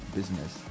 Business